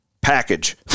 package